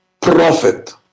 prophet